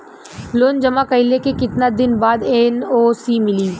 Loan जमा कइले के कितना दिन बाद एन.ओ.सी मिली?